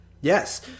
Yes